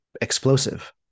explosive